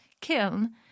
kiln